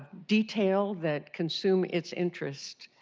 detailed that consume its interests.